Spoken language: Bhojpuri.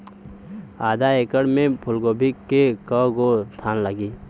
आधा एकड़ में फूलगोभी के कव गो थान लागी?